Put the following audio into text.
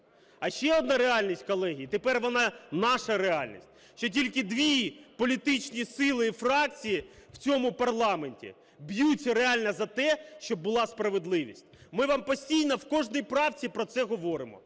А ще одна реальність, колеги, тепер вона наша реальність, що тільки дві політичні сили і фракції у цьому парламенти б'ються реально за те, щоб була справедливість. Ми вам постійно в кожній правці про це говоримо.